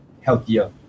healthier